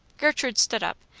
gertrude stood up,